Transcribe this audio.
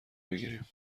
بگیریم